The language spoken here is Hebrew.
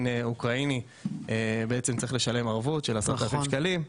אוקראיני צריך לשלם ערבות של 10,000 שקלים.